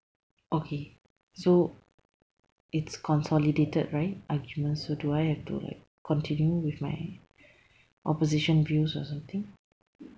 okay so it's consolidated right arguments do I have to like continue with my opposition views or something